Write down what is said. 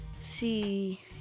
See